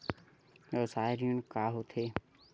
व्यवसाय ऋण का होथे?